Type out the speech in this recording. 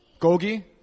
Gogi